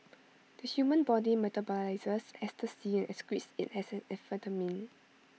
the human body metabolises ecstasy and excretes IT as amphetamine